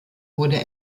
wurde